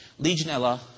legionella